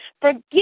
Forgive